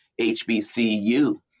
HBCU